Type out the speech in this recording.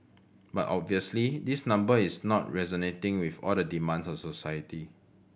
but obviously this number is not resonating with all the demands of society